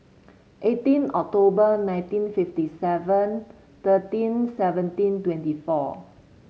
eighteen October nineteen fifty seven thirteen seventeen twenty four